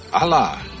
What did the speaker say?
Allah